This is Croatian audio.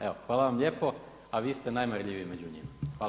Evo hvala vam lijepo, a vi ste najmarljiviji među njima.